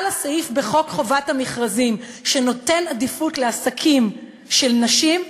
הסעיף בחוק חובת המכרזים שנותן עדיפות לעסקים של נשים,